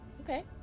Okay